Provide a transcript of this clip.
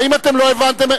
האם אתם לא הבנתם?